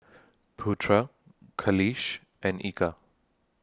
Putra Khalish and Eka